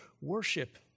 worship